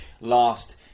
last